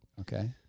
Okay